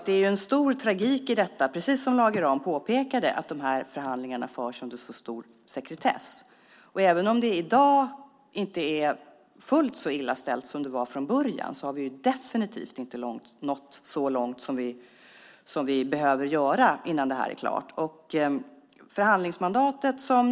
Det är en stor tragik i detta, precis som Lage Rahm påpekade, att förhandlingarna förs under så stor sekretess. Även om det i dag inte är fullt så illa ställt som det var från början har vi definitivt inte nått så långt som vi behöver nå innan det här är klart.